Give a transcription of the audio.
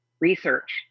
research